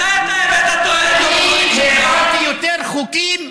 מתי אתה הבאת תועלת, אני העברתי יותר חוקים,